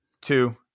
two